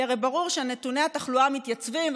כי הרי ברור שנתוני התחלואה מתייצבים,